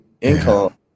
income